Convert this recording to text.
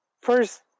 first